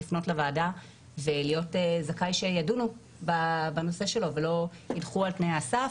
לפנות לוועדה ולהיות זכאי שידונו בנושא שלו ולא יידחו על תנאי הסף,